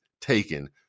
taken